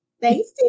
Thanks